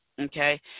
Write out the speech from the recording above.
okay